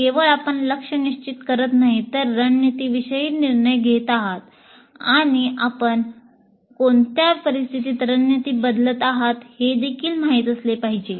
केवळ आपण लक्ष्य निश्चित करत नाही तर रणनीतींविषयी निर्णय घेत आहात आणि आपण कोणत्या परिस्थितीत रणनीती बदलत आहात हे देखील माहित असले पाहिजे